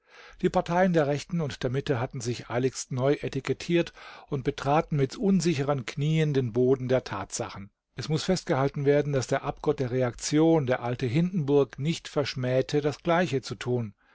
die parteien der rechten und der mitte hatten sich eiligst neu etikettiert und betraten mit unsicheren knien den boden der tatsachen es muß festgehalten werden daß der abgott der reaktion der alte hindenburg nicht verschmähte das gleiche zu tun